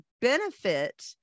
benefit